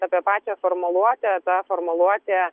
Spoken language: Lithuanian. apie pačią formuluotę ta formuluotė